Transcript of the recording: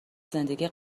زندگی